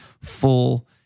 full